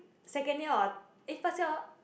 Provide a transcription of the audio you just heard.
second year on eh first year